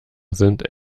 sind